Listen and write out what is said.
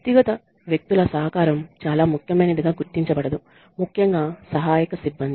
వ్యక్తిగత వ్యక్తుల సహకారం చాలా ముఖ్యమైనదిగా గుర్తించబడదు ముఖ్యంగా సహాయక సిబ్బంది